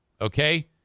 Okay